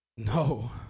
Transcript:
no